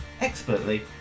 expertly